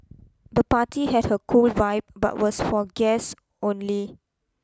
the party had a cool vibe but was for guests only